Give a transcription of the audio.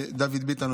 ולדוד ביטן,